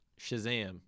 shazam